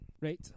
Right